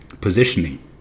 Positioning